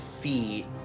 feet